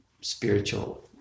spiritual